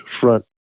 front